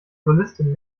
solistin